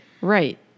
right